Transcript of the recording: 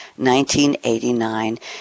1989